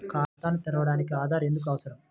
ఖాతాను తెరవడానికి ఆధార్ ఎందుకు అవసరం?